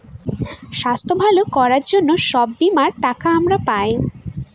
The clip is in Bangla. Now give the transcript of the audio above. স্বাস্থ্য ভালো করার জন্য সব বীমার টাকা আমরা পায়